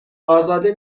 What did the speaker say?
ازاده